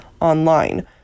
online